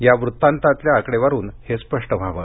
या वृत्तांतातल्या आकडेवारीवरून हे स्पष्ट व्हावं